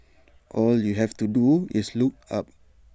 all you have to do is look up